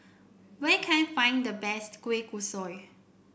where can I find the best Kueh Kosui